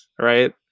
right